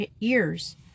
ears